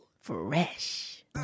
Fresh